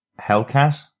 Hellcat